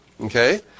Okay